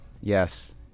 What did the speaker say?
Yes